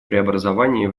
преобразования